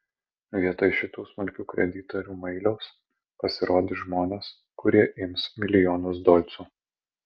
vietoj šitų smulkių kreditorių mailiaus pasirodys žmonės kurie ims milijonus dolcų